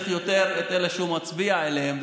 את אלה שהוא מצביע להם,